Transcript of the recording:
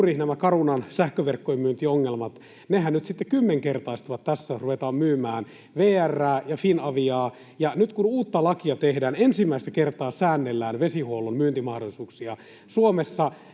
juuri nämä Carunan sähköverkkojen myyntiongelmathan nyt sitten kymmenkertaistuvat tässä, jos ruvetaan myymään VR:ää ja Finaviaa. Ja nyt, kun uutta lakia tehdään, ensimmäistä kertaa säännellään vesihuollon myyntimahdollisuuksia Suomessa,